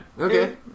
Okay